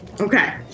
okay